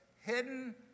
hidden